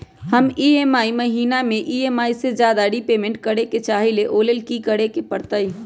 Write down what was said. हम ई महिना में ई.एम.आई से ज्यादा रीपेमेंट करे के चाहईले ओ लेल की करे के परतई?